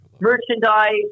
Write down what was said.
merchandise